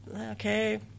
Okay